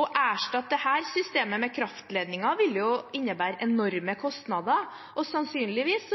Å erstatte dette systemet med kraftledninger vil innebære enorme kostnader og sannsynligvis